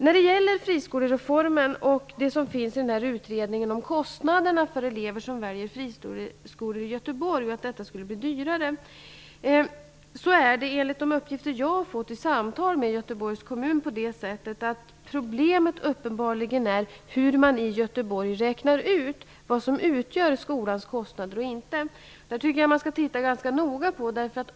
När det gäller friskolereformen och vad som står i utredningen om kostnaderna för elever som väljer fristående skolor i Göteborg -- dvs. att detta skulle bli dyrare -- är det enligt de uppgifter jag fått i samtal med Göteborgs kommun på så sätt att problemet uppenbarligen är hur man i Göteborg räknar ut vad som utgör skolans kostnader eller inte. Jag tycker att man skall titta ganska noga på detta.